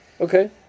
okay